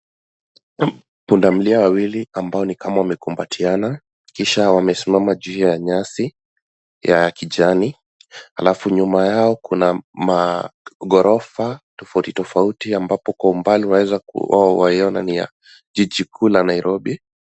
Pundamilia wawili ambao nikama wamekumbatiana, kisha wamesimama juu ya nyasi ya kijani, alafu nyuma yao kuna maghorofa tofauti tofauti, ambapo kwa umbali unaweza kuiona ni ya jiji kuu la Nairobi.